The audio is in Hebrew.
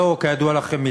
כידוע לכם,